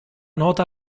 nota